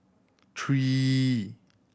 three